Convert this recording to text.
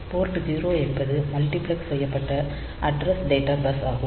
board 0 என்பது multiplex செய்யப்பட்ட address data bus ஆகும்